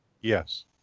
Yes